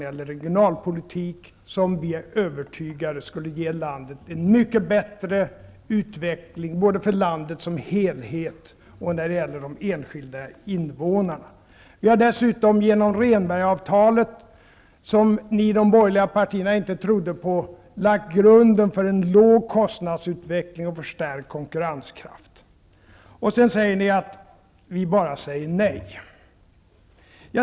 Vi är övertygade om att dessa förslag skulle ge landet en mycket bättre utveckling, både för landet som helhet och för de enskilda invånarna. Dessutom har vi genom Rehnbergavtalet, som ni i de borgerliga partierna inte trodde på, lagt grunden för en låg kostnadsutveckling och en förstärkt konkurrenskraft. Sedan påstår ni att vi bara säger nej.